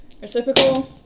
reciprocal